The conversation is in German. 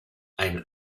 ein